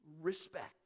respect